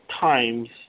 times